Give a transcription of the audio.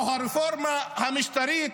או הרפורמה המשטרית,